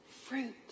fruit